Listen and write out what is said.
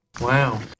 Wow